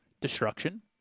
destruction